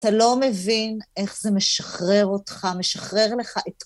אתה לא מבין איך זה משחרר אותך, משחרר לך את...